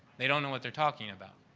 they don't know what they're talking about.